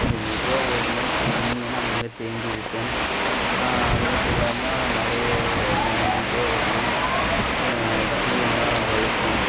கொஞ்சம் மெதுவாக ஓடணும் தண்ணி எல்லாம் அங்கங்கே தேங்கி இருக்கும் அது மட்டும் இல்லாமல் மழையில ஒ நனஞ்சிக்கிட்டே ஓடினா ச சூவெல்லாம் வழுக்கும்